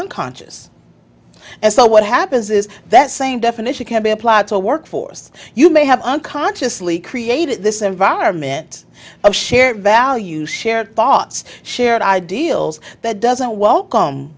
unconscious and so what happens is that same definition can be applied to a work force you may have unconsciously created this environment of shared value shared thoughts shared ideals that doesn't welcome